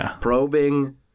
Probing